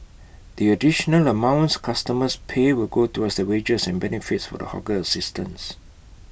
the additional amounts customers pay will go towards the wages and benefits for the hawker assistants